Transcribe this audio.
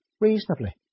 reasonably